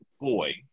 boy